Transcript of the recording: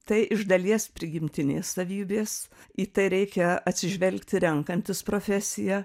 tai iš dalies prigimtinės savybės į tai reikia atsižvelgti renkantis profesiją